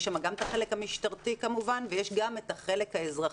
יש שם גם את החלק המשטרתי כמובן ויש גם את החלק האזרחי.